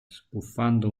sbuffando